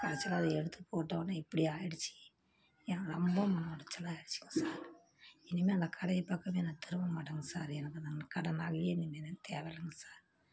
கடைசியில அதை எடுத்து போட்டோனே இப்படி ஆயிடுச்சு எனக்கு ரொம்ப மன ஒடச்சலாக ஆயிருச்சிங்க சார் இனிமேல் அந்த கடை பக்கமே நான் திரும்பமாட்டேங்க சார் எனக்கு அந்த கடை நகையே இனிமேல் எனக்கு தேவவை இல்லைங்க சார்